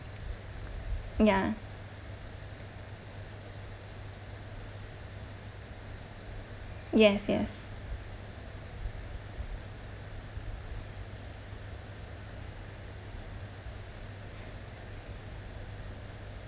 ya yes yes